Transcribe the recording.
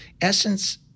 essence